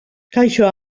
kaixo